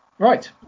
Right